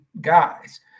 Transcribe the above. guys